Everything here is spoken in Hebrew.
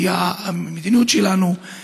כי המדיניות שלנו,